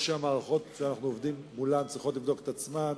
או שהמערכות שאנחנו עובדים אתן צריכות לבדוק את עצמן,